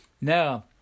Now